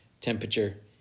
temperature